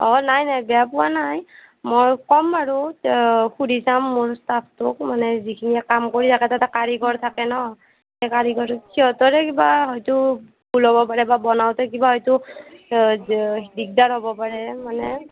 অঁ নাই নাই বেয়া পোৱা নাই মই ক'ম বাৰু সুধি চাম মোৰ ষ্টাফটোক মানে যিখিনিয়ে কাম কৰি থাকে তাতে কাৰিকৰ থাকে ন' কাৰিকৰ সিহঁতৰে কিবা হয়তো ভুল হ'ব পাৰে বা বনাওঁতে কিবা হয়তো দিগদাৰ হ'ব পাৰে মানে